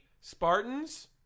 Spartans